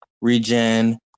Regen